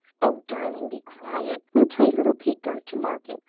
oh, darling, be quiet! we'll play little pig goes to market.